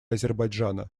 азербайджана